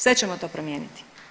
Sve ćemo to promijeniti.